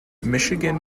michigan